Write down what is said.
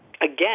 again